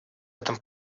этом